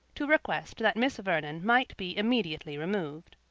to request that miss vernon might be immediately removed,